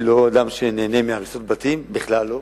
אני לא אדם שנהנה מהריסות בתים, בכלל לא.